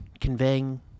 conveying